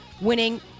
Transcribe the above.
winning